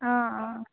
অঁ অঁ